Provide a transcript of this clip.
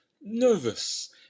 nervous